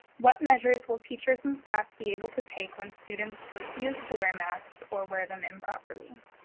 what measures will teachers and staff be able to take when students refuse to wear masks or wear them improperly?